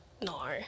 no